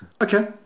Okay